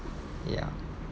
ya